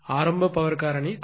ஆரம்ப பவர் காரணி cos θ1 0